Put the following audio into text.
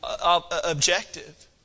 objective